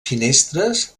finestres